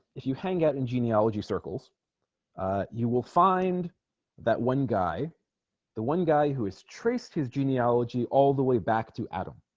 if you hang out in genealogy circles you will find that one guy the one guy who has traced his genealogy all the way back to adam